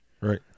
Right